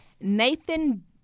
Nathan